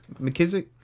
McKissick